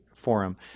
Forum